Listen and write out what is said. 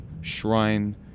shrine